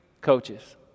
coaches